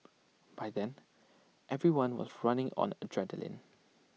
by then everyone was running on adrenaline